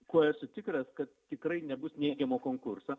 kuo esu tikras kad tikrai nebus neigiamo konkurso